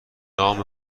نام